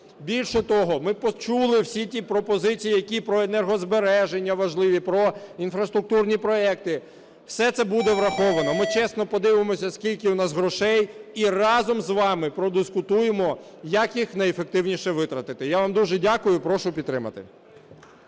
Більше того, ми почули всі ті пропозиції, які про енергозбереження важливі, про інфраструктурні проекти. Все це буде враховано. Ми чесно подивимося, скільки в нас грошей і разом з вами продискутуємо, як їх найефективніше витратити. Я вам дуже дякую і прошу підтримати.